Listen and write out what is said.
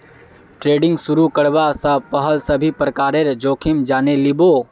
trading शुरू करवा स पहल सभी प्रकारेर जोखिम जाने लिबो